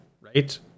right